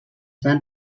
van